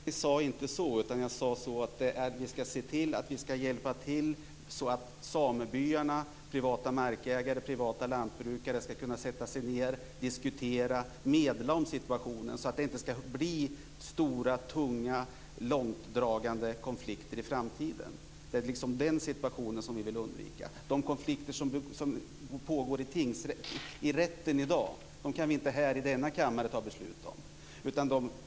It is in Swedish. Herr talman! Michael Hagberg sade inte så. Jag sade att vi ska hjälpa till så att samebyarna, privata markägare och privata lantbrukare ska kunna sätta sig ned och diskutera och medla i denna situation, så att det inte blir stora tunga långdragna konflikter i framtiden. Det är den situationen som vi vill undvika. De konflikter som pågår i rätten i dag kan vi inte ta beslut om i denna kammare.